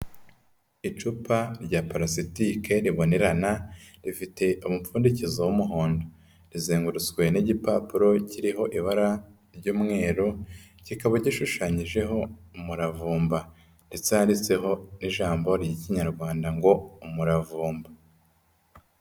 Icupa rya palasitike ribonerana rifite umupfundikizo w'umuhondo, rizengurutswe n'igipapuro kiriho ibara ry'umweru kikaba gishushanyijeho umuravumba ndetse handitseho n'ijambo ry'Ikinyarwanda ngo umuravumba.